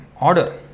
order